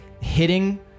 hitting